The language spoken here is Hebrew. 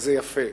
וזה יפה,